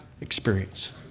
experience